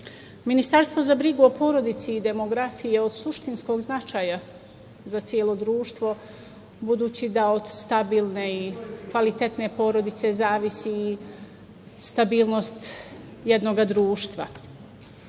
Ministarstvo za brigu o porodici i demografiji je od suštinskog značaja za celo društvo, budući da od stabilne i kvalitetne porodice zavisi stabilnost jednog društva.U